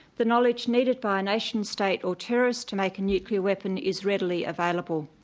the knowledge needed by a nation state or terrorists to make a nuclear weapon is readily available.